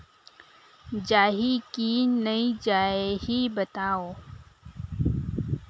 जाही की नइ जाही बताव?